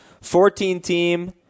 14-team